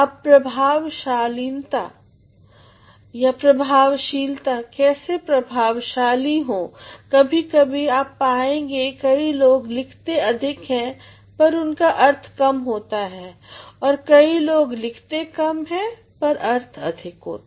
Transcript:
अब प्रभावशीलता कैसे प्रभावशाली हों कभी कभी आप पाएंगे कई लोग लिखते अधिक हैं पर उनका अर्थ कम होता और कई लोग लिखते कम पर अर्थ अधिक होता